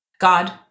God